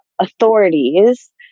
authorities